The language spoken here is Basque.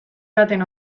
baten